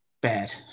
Bad